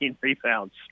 rebounds